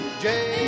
J-